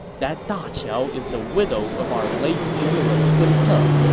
that da qiao is the widow of our late general sun but